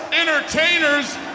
entertainers